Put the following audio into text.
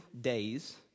days